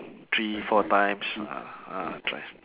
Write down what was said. three four times ah ah thrice